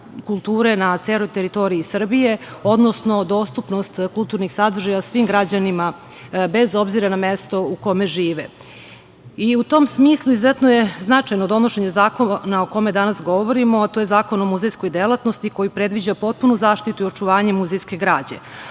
na celoj teritoriji Srbije, odnosno dostupnost kulturnih sadržaja svim građanima, bez obzira na mesto u kome žive.U tom smislu je izuzetno značajno donošenje zakona o kome danas govorima, a to je Zakon o muzejskoj delatnosti koji predviđa potpunu zaštitu i očuvanje muzejske građe.